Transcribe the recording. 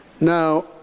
Now